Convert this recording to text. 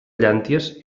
llànties